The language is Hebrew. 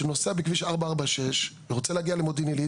הוא זה שנוסע בכביש 446 ורוצה להגיע למודיעין עילית,